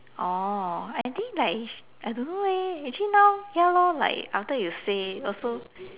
oh I think like I don't know leh actually now ya lor like after you say also